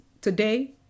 today